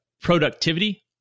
productivity